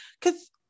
Cause